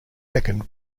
second